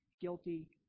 guilty